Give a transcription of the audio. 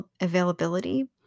availability